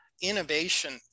innovation